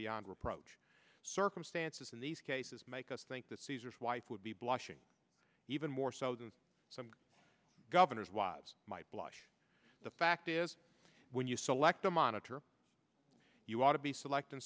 beyond reproach circumstances in these cases make us think that caesar's wife would be blushing even more so than some governor's wives might blush the fact is when you select a monitor you ought to be selecting